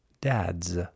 dad's